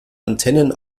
antennen